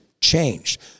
changed